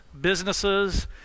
businesses